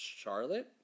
Charlotte